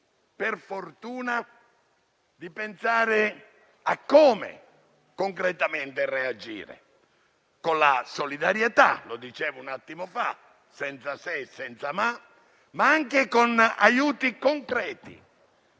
per fortuna, di pensare a come concretamente reagire: con la solidarietà - lo dicevo un attimo fa - senza se e senza ma, e anche con aiuti concreti